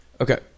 Okay